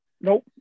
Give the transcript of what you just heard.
Nope